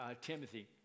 Timothy